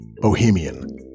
Bohemian